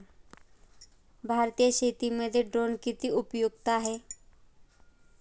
भारतीय शेतीमध्ये ड्रोन किती उपयुक्त आहेत?